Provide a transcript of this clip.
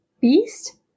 beast